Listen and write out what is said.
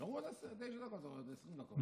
נשארו עוד תשע דקות או עוד 20 דקות?